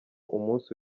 umunsi